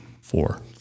Four